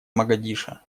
могадишо